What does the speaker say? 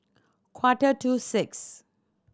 quarter to six